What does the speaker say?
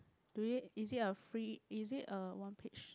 do it is it a free is it a one page